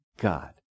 God